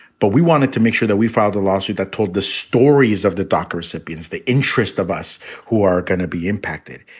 but we wanted to make sure that we filed a lawsuit that told the stories of the doctors. hipkins the interest of us who are going to be impacted.